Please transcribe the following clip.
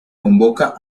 convoca